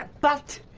but